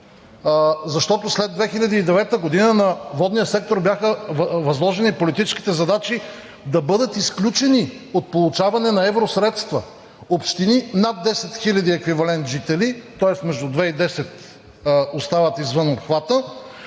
защото след 2009 г. на водния сектор бяха възложени политическите задачи да бъдат изключени от получаване на евросредства общини над 10 хиляди еквивалент жители, тоест между 2 и 10 остават извън обхвата,